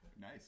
Nice